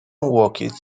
łokieć